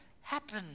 happen